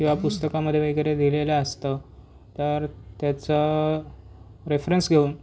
किंवा पुस्तकामध्ये वगैरे दिलेलं असतं तर त्याचा रेफरन्स घेऊन